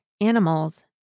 animals